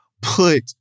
put